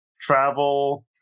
travel